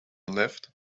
left